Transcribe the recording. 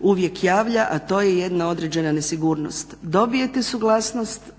uvijek javlja, a to je jedna određena nesigurnost. Dobijete suglasnost,